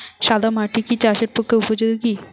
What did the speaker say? সাদা মাটি কি চাষের পক্ষে উপযোগী?